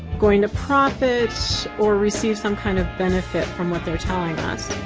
going to profit or receive some kind of benefit from what they're telling us.